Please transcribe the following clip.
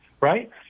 right